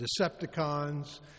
Decepticons